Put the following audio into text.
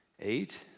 Eight